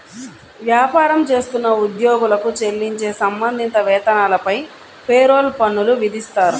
వ్యాపారం చేస్తున్న ఉద్యోగులకు చెల్లించే సంబంధిత వేతనాలపై పేరోల్ పన్నులు విధిస్తారు